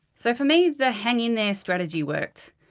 so for me, the hang in there strategy worked.